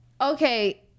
Okay